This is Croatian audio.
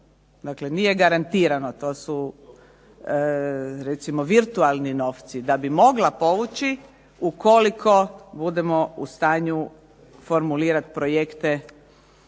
dakle nije garantirano to su recimo virtualni novci da bi mogla povući ukoliko budemo u stanju formulirati projekte